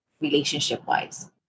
relationship-wise